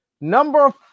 Number